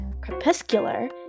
Crepuscular